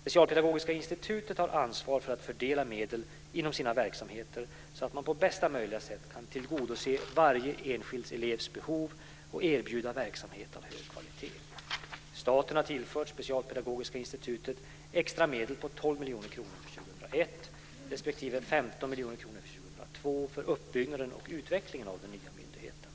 Specialpedagogiska institutet har ansvar för att fördela medel inom sina verksamheter så att man på bästa möjliga sätt kan tillgodose varje enskild elevs behov och erbjuda verksamhet av hög kvalitet. Staten har tillfört Specialpedagogiska institutet extra medel på 12 miljoner kronor för 2001 respektive 15 miljoner kronor för 2002 för uppbyggnaden och utvecklingen av den nya myndigheten.